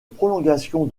prolongation